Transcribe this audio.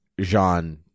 Jean